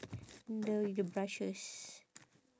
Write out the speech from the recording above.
the with the brushes